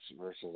versus